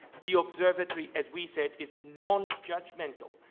the observatory, as we said, is nonjudgmental.